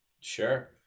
Sure